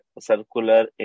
circular